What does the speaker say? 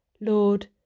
Lord